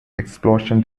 explosion